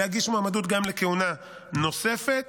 להגיש מועמדות לכהונה נוספת.